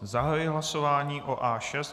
Zahajuji hlasování o A6.